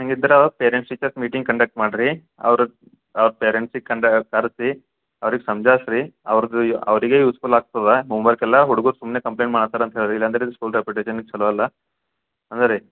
ಹಿಂಗಿದ್ರೆ parents teachers meeting conduct ಮಾಡಿರಿ ಅವ್ರು ಅವ್ರ ಪೇರೆಂಟ್ಸಿಗೆ ಕಂಡು ಕರೆಸಿ ಅವ್ರಿಗೆ ಸಂಜಾಯ್ಸ್ ರೀ ಅವ್ರ್ದು ಅವರಿಗೆ ಯೂಸ್ಫುಲ್ ಆಗ್ತದೆ ಹೋಮ್ವರ್ಕೆಲ್ಲ ಹುಡ್ಗರು ಸುಮ್ಮನೆ ಕಂಪ್ಲೇಂಟ್ ಮಾಡತ್ತಾರೆ ಅಂತ ಹೇಳಿ ರೀ ಇಲ್ಲಂದರೆ ಸ್ಕೂಲ್ ರೆಪುಟೇಶನಿಗೆ ಚಲೋ ಅಲ್ಲ ರೀ